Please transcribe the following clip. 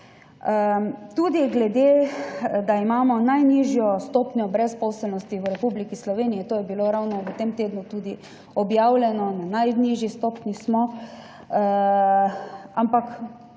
nagraditi. Da imamo najnižjo stopnjo brezposelnosti v Republiki Sloveniji, kar je bilo ravno v tem tednu objavljeno, na najnižji stopnji smo, ampak